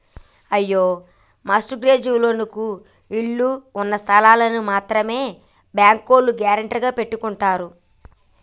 అయ్యో mortgage లోన్లకు ఇళ్ళు ఉన్నస్థలాల్ని మాత్రమే బ్యాంకోల్లు గ్యారెంటీగా పెట్టుకుంటారు